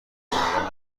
معلم